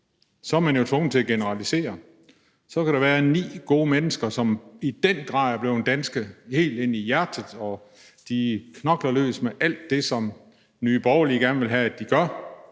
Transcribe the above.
er man jo tvunget til at generalisere. Så kan der være ni gode mennesker, som i den grad er blevet danske helt ind i hjertet, som knokler løs med alt det, som Nye Borgerlige gerne vil have at de gør.